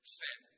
sin